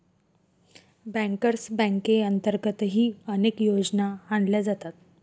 bankers बँकेअंतर्गतही अनेक योजना आणल्या जातात